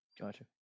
Gotcha